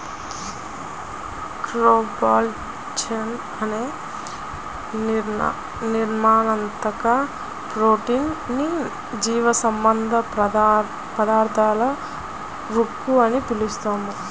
collagen అనే నిర్మాణాత్మక protein ని జీవసంబంధ పదార్థాల ఉక్కు అని పిలుస్తారు